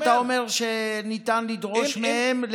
ואתה אומר שניתן לדרוש מהם,